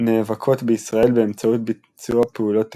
נאבקות בישראל באמצעות ביצוע פעולות טרור,